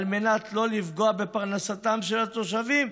על מנת שלא לפגוע בפרנסתם של התושבים,